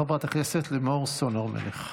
חברת הכנסת לימור סון הר מלך.